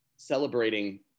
celebrating